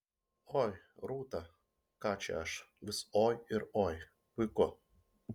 oi rūta ką čia aš vis oi ir oi puiku